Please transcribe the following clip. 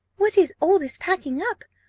what is all this packing up?